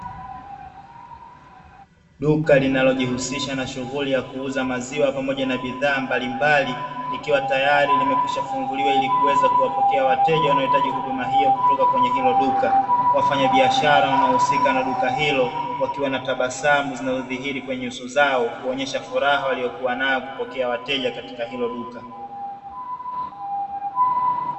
Duka linalojihusisha na shughuli ya kuuza maziwa pamoja na bidhaa mbalimbali likiwa tayari imekwisha funguliwa ili kuweza kuwapokea wateja wanaohitaji huduma hiyo kutoka kwenye hilo duka. Wafanyabiashara wanaohusika na duka hilo wakiwa wanatabasamu zinazozihiri kwenye nyuso zao kuonyesha furaha waliokuanayo kupokea wateja katika hilo duka.